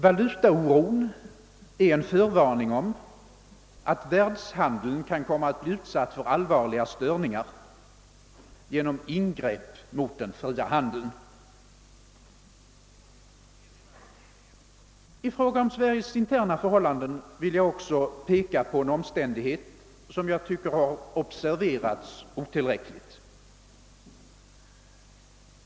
Valutaoron är en förvarning om att världshandeln kan komma att bli utsatt för allvarliga störningar genom ingrepp mot den fria handeln. När det gäller Sveriges interna förhållanden vill jag också peka på en omständighet, som jag tycker har observerats i otillräcklig grad.